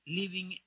living